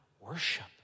worship